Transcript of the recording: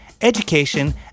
education